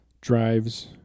drives